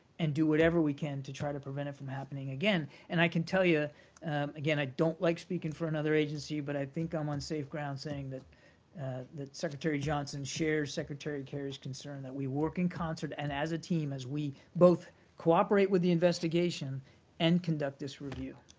and do whatever we can to try to prevent it from happening again. and i can tell you again, don't like speaking for another agency, but i think i'm on safe ground saying that secretary johnson shares secretary kerry's concern that we work in concert and as a team as we both cooperate with the investigation and conduct this review.